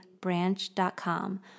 Branch.com